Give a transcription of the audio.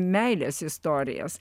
meilės istorijas